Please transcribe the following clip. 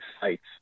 sites